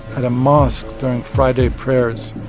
at a mosque during friday prayers.